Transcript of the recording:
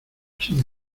sin